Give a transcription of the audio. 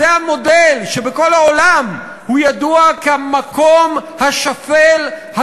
זה המודל שבכל העולם הוא ידוע כמקום השפל,